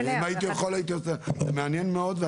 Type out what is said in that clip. אני